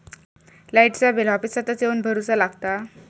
लाईटाचा बिल ऑफिसातच येवन भरुचा लागता?